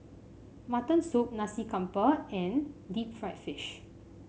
Mutton Soup Nasi Campur and Deep Fried Fish